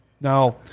Now